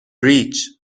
ریچ